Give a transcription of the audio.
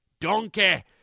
Donkey